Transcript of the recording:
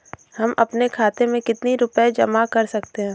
हम अपने खाते में कितनी रूपए जमा कर सकते हैं?